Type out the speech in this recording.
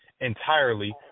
entirely